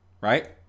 right